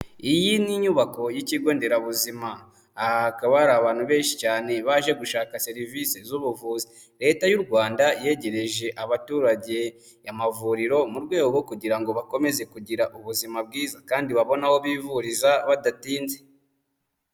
Iyi ni inyubako y'ikigo nderabuzima, aha hakaba hari abantu benshi cyane baje gushaka serivisi z'ubuvuzi, leta y'u Rwanda yegereje abaturage amavuriro mu rwego kugira ngo bakomeze kugira ubuzima bwiza, kandi babone aho bivuriza badatinze.